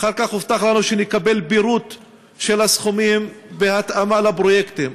אחר כך הובטח לנו שנקבל פירוט של הסכומים בהתאמה לפרויקטים,